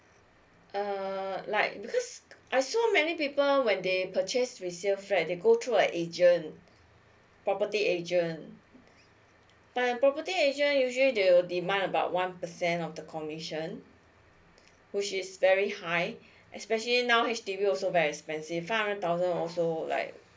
err err like because I saw many people when they purchase resale flats they go through like an agent property agent but property agents usually they'll demand about one percent of the commission which is very high especially now H_D_B is also very expensive five hundred thousand also like